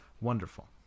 wonderful